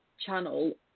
channel